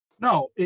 No